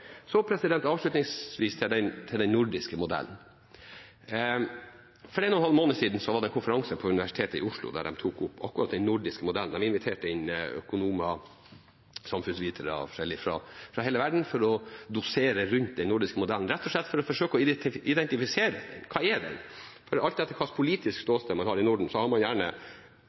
Avslutningsvis til den nordiske modellen: For en og en halv måned siden var det en konferanse på Universitetet i Oslo der man tok opp akkurat den nordiske modellen. Man inviterte inn økonomer, samfunnsvitere og forskjellig fra hele verden for å dosere om den nordiske modellen, rett og slett for å forsøke å identifisere hva den er. Alt etter hva slags politisk ståsted man har i Norden, har man gjerne